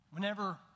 Whenever